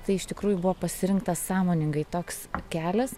tai iš tikrųjų buvo pasirinktas sąmoningai toks kelias